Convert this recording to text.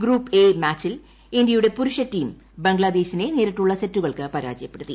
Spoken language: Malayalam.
ഗ്രൂപ്പ് എ മാച്ചിൽ ഇന്ത്യയുടെ പുരുഷ ടീം ബംഗ്ലാദേശിനെ നേരിട്ടുള്ള സെറ്റുകൾക്ക് പരാജയപ്പെടുത്തി